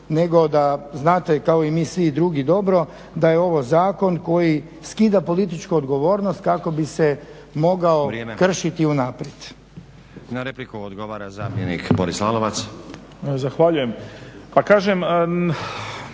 nego da znate kao i mi svi drugi dobro da je ovo zakon koji skida političku odgovornost kako bi se mogao kršiti unaprijed. **Stazić, Nenad (SDP)** Na repliku odgovara zamjenik Boris Lalovac.